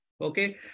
Okay